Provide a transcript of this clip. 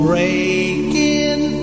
Breaking